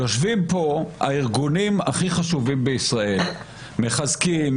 יושבים פה הארגונים הכי חשובים בישראל: מחזקים,